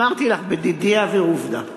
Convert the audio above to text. אמרתי לך בדידי הווה עובדא.